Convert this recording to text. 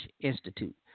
institute